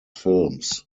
films